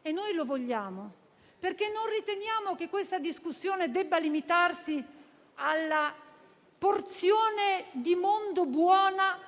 - e noi lo vogliamo, perché non riteniamo che questa discussione debba limitarsi alla porzione di mondo buona